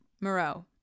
Moreau